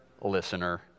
listener